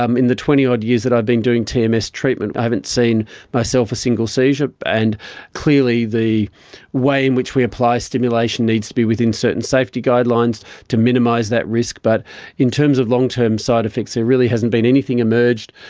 um in the twenty odd years that i've been doing tms treatment i haven't seen myself a single seizure, and clearly the way in which we apply stimulation needs to be within certain safety guidelines to minimise that risk, but in terms of long-term side-effects there really hasn't been anything emerge.